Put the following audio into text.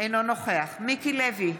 אינו נוכח מיקי לוי,